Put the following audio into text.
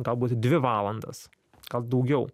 galbūt dvi valandas gal daugiau